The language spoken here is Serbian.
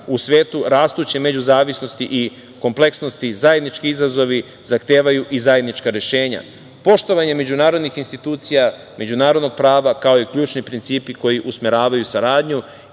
u svetu rastuće međuzavisnosti i kompleksnosti, zajednički izazovi zahtevaju i zajednička rešenja. Poštovanje međunarodnih institucija, međunarodnog prava, kao i ključni principi koji usmeravaju saradnju